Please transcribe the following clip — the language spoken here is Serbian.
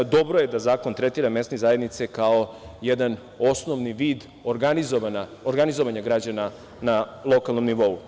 Dobro je da zakon tretira mesne zajednice kao jedan osnovni vid organizovanje građana na lokalnom nivou.